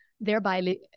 thereby